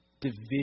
division